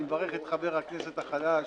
אני מברך את חבר הכנסת החדש,